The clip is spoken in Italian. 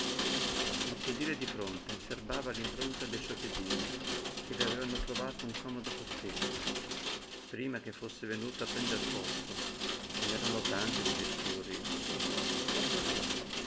il sedile di fronte serbava l'impronta de suoi piedini che vi avevano trovato un comodo sostegno prima che fosse venuto a prender posto ce n'erano tante di vetture nossignori proprio lí